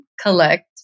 collect